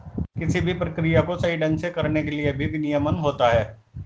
किसी भी प्रक्रिया को सही ढंग से करने के लिए भी विनियमन होता है